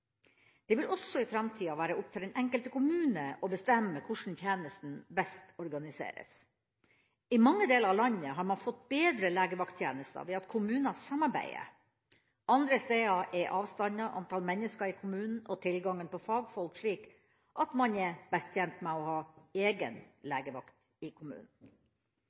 Det vil også i framtida være opp til den enkelte kommune å bestemme hvordan tjenesten best organiseres. I mange deler av landet har man fått bedre legevakttjenester ved at kommuner samarbeider – andre steder er avstander, antall mennesker i kommunen og tilgangen på fagfolk slik at man er best tjent med å ha egen legevakt i kommunen.